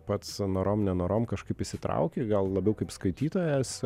pats norom nenorom kažkaip įsitrauki gal labiau kaip skaitytojas